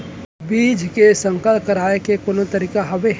बीज के संकर कराय के कोनो तरीका हावय?